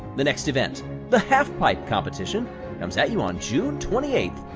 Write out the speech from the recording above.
the next event the halfpipe competition comes at you on june twenty eighth.